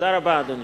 תודה רבה, אדוני.